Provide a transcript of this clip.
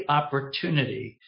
opportunity